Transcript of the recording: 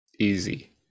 easy